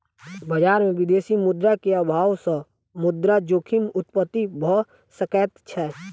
बजार में विदेशी मुद्रा के अभाव सॅ मुद्रा जोखिम उत्पत्ति भ सकै छै